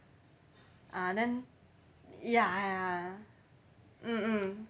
ah then ya ya mm mm